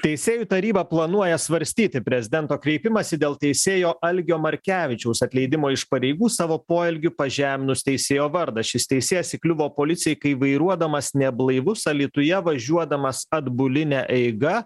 teisėjų taryba planuoja svarstyti prezidento kreipimąsi dėl teisėjo algio markevičiaus atleidimo iš pareigų savo poelgiu pažeminus teisėjo vardą šis teisėjas įkliuvo policijai kai vairuodamas neblaivus alytuje važiuodamas atbuline eiga